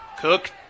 Cook